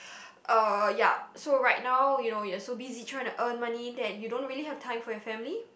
uh ya so right now you know you're so busy trying to earn money that you don't really have time for your family